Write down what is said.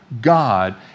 God